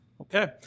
Okay